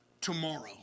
tomorrow